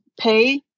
pay